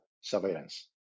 surveillance